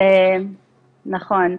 נכון.